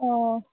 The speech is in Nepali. अँ